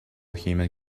human